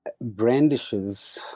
brandishes